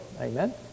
Amen